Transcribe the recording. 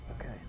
Okay